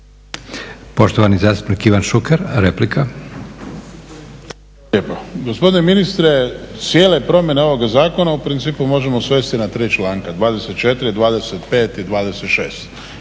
Poštovani zastupnik Branko Bačić, replika.